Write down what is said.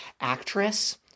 actress